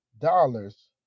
dollars